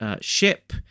ship